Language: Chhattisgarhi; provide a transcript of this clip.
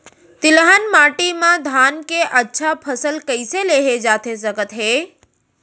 तिलहन माटी मा धान के अच्छा फसल कइसे लेहे जाथे सकत हे?